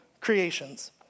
creations